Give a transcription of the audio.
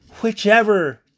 whichever